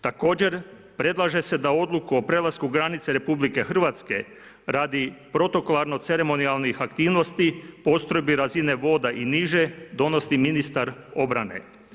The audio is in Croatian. Također predlaže se da odluku o prelasku granice RH radi protokolarno ceremonijalnih aktivnosti postrojbi razine voda i niže donosi ministar obrane.